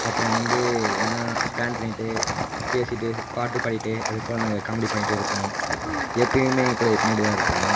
அப்புறம் வந்து எங்கன்னா ப்ளான் பண்ணிகிட்டு பேசிகிட்டு பாட்டு பாடிகிட்டே அதுபோல் நாங்கள் காமெடி பண்ணிகிட்டே இருப்போம் எப்பயுமே எங்கள் கூட எப்பயும் அப்படி தான் இருப்போம்